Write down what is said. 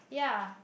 ya